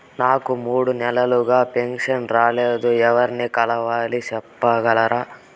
నాకు మూడు నెలలుగా పెన్షన్ రాలేదు ఎవర్ని కలవాలి సెప్పగలరా?